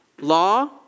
Law